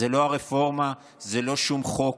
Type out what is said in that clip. זו לא הרפורמה, זה לא שום חוק,